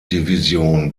division